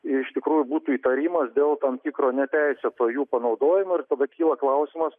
iš tikrųjų būtų įtarimas dėl tam tikro neteisėto jų panaudojimo ir tada kyla klausimas